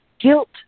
Guilt